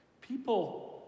People